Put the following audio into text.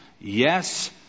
yes